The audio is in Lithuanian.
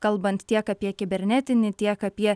kalbant tiek apie kibernetinį tiek apie